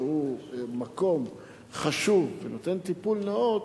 שהיא במקום חשוב שנותן טיפול נאות,